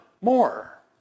more